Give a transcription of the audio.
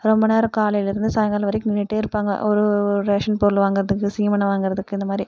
ரொம்ப நேரம் காலையிலருந்து சாய்ங்கால வரைக்கும் நின்னுகிட்டே இருப்பாங்கள் ஒவ்வொரு ரேஷன் பொருள் வாங்குறதுக்கு சீமெண்ணெய் வாங்குறதுக்கு இந்தமாதிரி